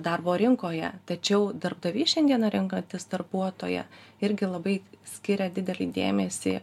darbo rinkoje tačiau darbdaviai šiandieną renkantis darbuotoją irgi labai skiria didelį dėmesį